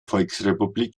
volksrepublik